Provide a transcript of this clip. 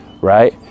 right